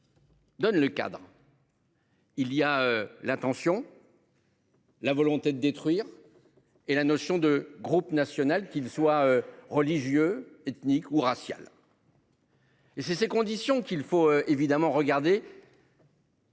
Donne le cadre. Il y a l'intention. La volonté de détruire. Et la notion de groupe national, qu'ils soient religieux, ethnique ou raciale. Et si ces conditions qu'il faut évidemment regardée.